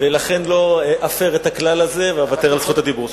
ולכן לא אפר את הכלל הזה ואוותר על זכות הדיבור שלי.